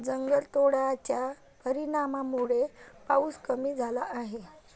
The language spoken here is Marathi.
जंगलतोडाच्या परिणामामुळे पाऊस कमी झाला आहे